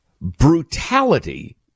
brutality